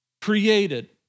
created